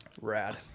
Rad